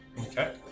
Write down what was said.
Okay